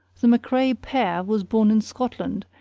the macrae pere was born in scotland,